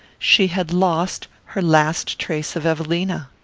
she had lost her last trace of evelina.